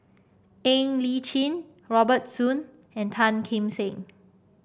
Ng Li Chin Robert Soon and Tan Kim Seng